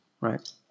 right